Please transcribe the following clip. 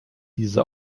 diese